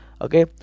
Okay